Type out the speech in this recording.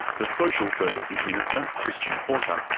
the social services minister, christian porter,